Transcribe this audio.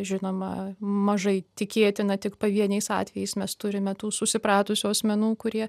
žinoma mažai tikėtina tik pavieniais atvejais mes turime tų susipratusių asmenų kurie